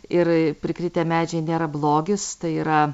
ir prikritę medžiai nėra blogis tai yra